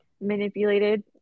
manipulated